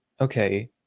okay